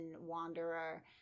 wanderer